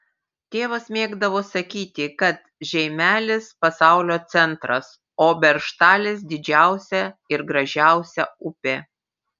tėvas mėgdavo sakyti kad žeimelis pasaulio centras o beržtalis didžiausia ir gražiausia upė